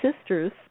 sisters